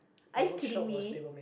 are you kidding me